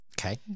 Okay